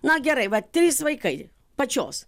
na gerai va trys vaikai pačios